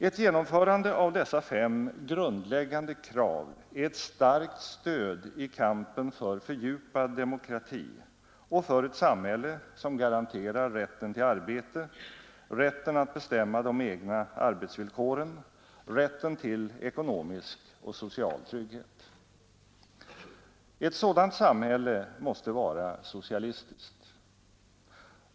Ett genomförande av dessa fem grundläggande krav är ett starkt stöd i kampen för fördjupad demokrati och för ett samhälle som garanterar rätten till arbete, rätten att bestämma de egna arbetsvillkoren, rätten till ekonomisk och social trygghet. Ett sådant samhälle måste vara socialistiskt.